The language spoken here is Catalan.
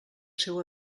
seu